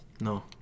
No